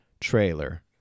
trailer